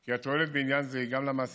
כי התועלת בעניין זה היא גם למעסיקים,